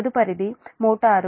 తదుపరిది మోటారు